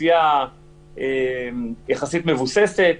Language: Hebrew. אוכלוסייה יחסית מבוססת,